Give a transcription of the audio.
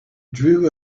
drew